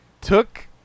took